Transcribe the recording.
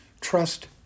Trust